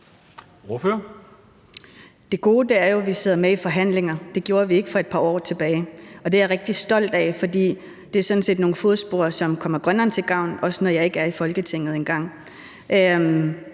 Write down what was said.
Det gode er jo, at vi sidder med i forhandlinger – det gjorde vi ikke for et par år siden – og det er jeg rigtig stolt af, for der sættes sådan set nogle fodspor, som kommer Grønland til gavn, også når jeg engang ikke mere er i Folketinget.